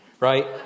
Right